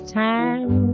time